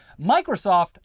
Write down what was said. Microsoft